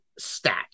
stats